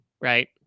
Right